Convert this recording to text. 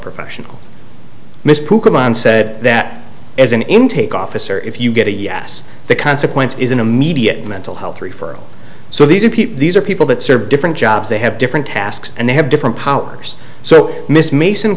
professional mr said that as an intake officer if you get a yes the consequence is an immediate mental health referral so these are people these are people that serve different jobs they have different tasks and they have different powers so miss mason